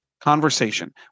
conversation